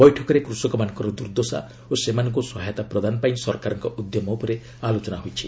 ବୈଠକରେ କୃଷକମାନଙ୍କର ଦୁର୍ଦ୍ଦଶା ଓ ସେମାନଙ୍କୁ ସହାୟତା ପ୍ରଦାନ ପାଇଁ ସରକାରଙ୍କ ଉଦ୍ୟମ ଉପରେ ଆଲୋଚନା ହୋଇଛି